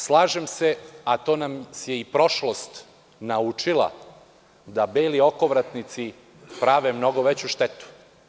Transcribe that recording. Slažem se , a to nas je i prošlost naučila, da beli okovratnici prave mnogo veću štetu.